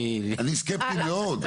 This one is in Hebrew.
אני סקפטי מאוד,